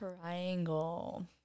Triangle